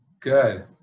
Good